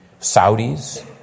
Saudis